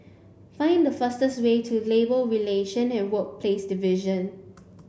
find the fastest way to Labour Relation and Workplaces Division